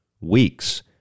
weeks